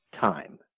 time